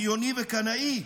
בריוני וקנאי,